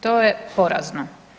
To je porazno.